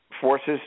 forces